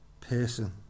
person